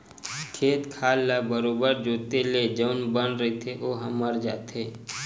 खेत खार ल बरोबर जोंते ले जउन बन रहिथे ओहा मर जाथे